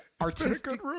artistic